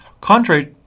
Contrary